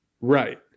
Right